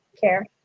care